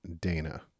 Dana